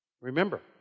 Remember